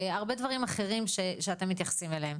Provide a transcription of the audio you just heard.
הרבה דברים אחרים שאתם מתייחסים אליהם.